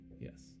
Yes